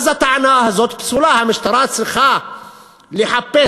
הטענה הזאת פסולה, המשטרה צריכה לחפש